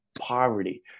poverty